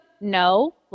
No